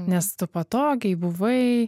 nes tu patogiai buvai